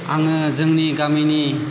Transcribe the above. आङो जोंनि गामिनि